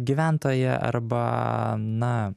gyventoją arba na